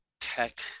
tech